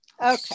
Okay